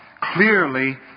clearly